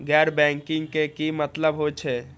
गैर बैंकिंग के की मतलब हे छे?